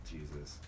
Jesus